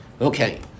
Okay